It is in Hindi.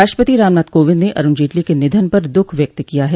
राष्ट्रपति रामनाथ कोविंद ने अरुण जेटली के निधन पर दुःख व्यक्त किया है